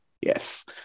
yes